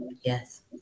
yes